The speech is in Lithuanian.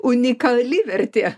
unikali vertė